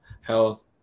Health